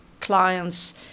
clients